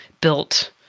built